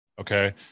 Okay